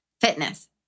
Fitness